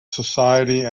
society